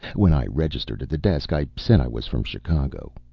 when i registered at the desk, i said i was from chicago.